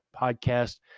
podcast